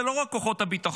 זה לא רק כוחות הביטחון,